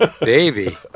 baby